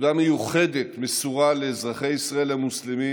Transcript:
תודה מיוחדת מסורה לאזרחי ישראל המוסלמים